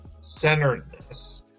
centeredness